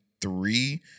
three